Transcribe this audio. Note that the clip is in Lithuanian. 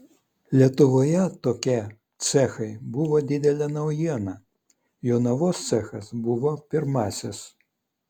lietuvoje tokie cechai buvo didelė naujiena jonavos cechas buvo pirmasis